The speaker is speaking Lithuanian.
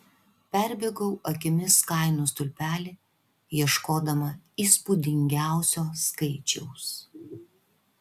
perbėgau akimis kainų stulpelį ieškodama įspūdingiausio skaičiaus